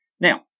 now